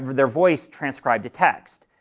their voice transcribed to text.